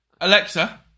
Alexa